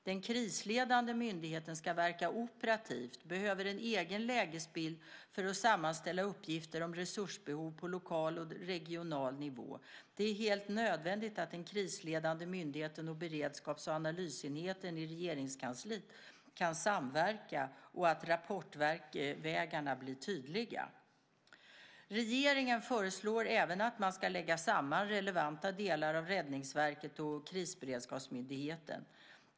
Den krisledande myndigheten ska verka operativt och behöver en egen lägesbild för att sammanställa uppgifter om resursbehov på lokal och regional nivå. Det är helt nödvändigt att den krisledande myndigheten och beredskaps och analysenheten i Regeringskansliet kan samverka och att rapportvägarna blir tydliga. Regeringen föreslår även att man ska lägga samman relevanta delar av Räddningsverket och Krisberedskapsmyndigheten.